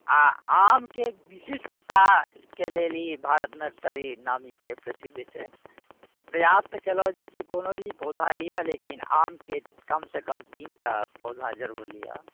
आओर आमके विशिष्टताके लेल ई भारत नर्सरी नामी छै प्रसिद्ध छै नामी छै तऽ प्रयास कोनो भी पौधा लिअ लेकिन आमके कमसँ कम तीन टा पौधा जरूर लिअ